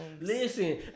listen